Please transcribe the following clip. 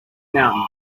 mountain